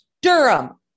Durham